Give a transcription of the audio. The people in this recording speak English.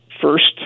first